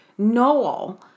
Noel